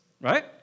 right